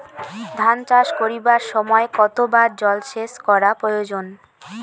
ধান চাষ করিবার সময় কতবার জলসেচ করা প্রয়োজন?